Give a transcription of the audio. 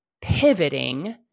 pivoting